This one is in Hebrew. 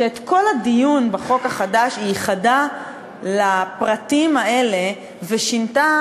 שאת כל הדיון בחוק החדש היא ייחדה לפרטים האלה ושינתה